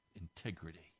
integrity